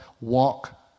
walk